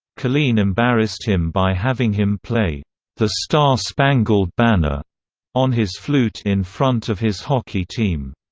colleen embarrassed him by having him play the star-spangled banner on his flute in front of his hockey team.